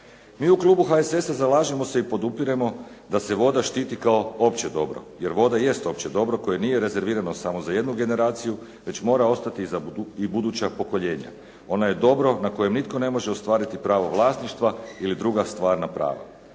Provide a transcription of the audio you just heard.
Mi u klubu HSS-a zalažemo se i podupiremo da se voda štiti kao opće dobro, jer voda jest opće dobro koje nije rezervirano samo za jednu generaciju već mora ostati i za buduća pokoljenja. Ona je dobro na koje nitko ne može ostvariti pravo vlasništva ili druga stvarna prava.